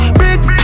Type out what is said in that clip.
bricks